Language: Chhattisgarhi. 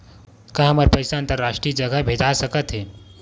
का हमर पईसा अंतरराष्ट्रीय जगह भेजा सकत हे?